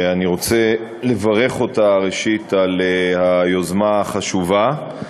ואני רוצה לברך אותה, ראשית, על היוזמה החשובה.